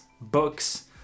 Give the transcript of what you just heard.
books